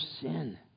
sin